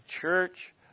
church